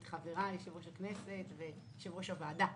את חבריי, יושב-ראש הכנסת, ואת יושב-ראש הוועדה,